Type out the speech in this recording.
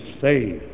safe